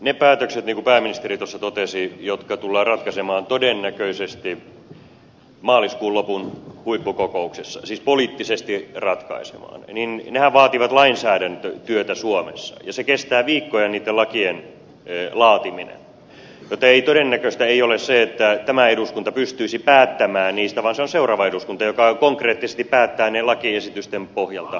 ne päätöksethän niin kuin pääministeri tuossa totesi jotka tullaan poliittisesti ratkaisemaan todennäköisesti maaliskuun lopun huippukokouksessa vaativat lainsäädäntötyötä suomessa ja niiden lakien laatiminen kestää viikkoja joten todennäköistä ei ole se että tämä eduskunta pystyisi päättämään niistä vaan se on seuraava eduskunta joka konkreettisesti päättää ne lakiesitysten pohjalta